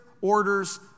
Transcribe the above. orders